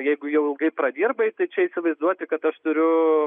jeigu jau ilgai pradirbai tai čia įsivaizduoti kad aš turiu